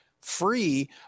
free